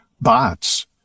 bots